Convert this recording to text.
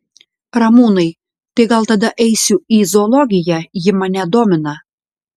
ramūnai tai gal tada eisiu į zoologiją ji mane domina